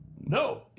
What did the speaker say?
No